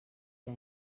ple